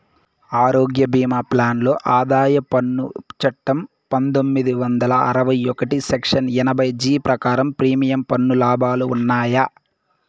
ఆరోగ్య భీమా ప్లాన్ లో ఆదాయ పన్ను చట్టం పందొమ్మిది వందల అరవై ఒకటి సెక్షన్ ఎనభై జీ ప్రకారం ప్రీమియం పన్ను లాభాలు ఉన్నాయా?